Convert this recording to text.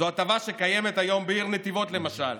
זו ההטבה שקיימת היום בעיר נתיבות, למשל,